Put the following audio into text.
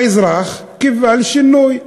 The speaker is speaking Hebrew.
האזרח קיווה לשינוי.